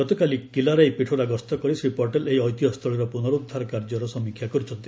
ଗତକାଲି କିଲାରାଇ ପିଠୋରା ଗସ୍ତ କରି ଶ୍ରୀ ପଟେଲ ଐତିହ୍ୟସ୍ଥଳୀର ପୁନରୁଦ୍ଧାର କାର୍ଯ୍ୟର ସମୀକ୍ଷା କରିଛନ୍ତି